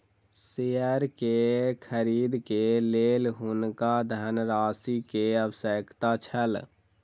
share के खरीद के लेल हुनका धनराशि के आवश्यकता छल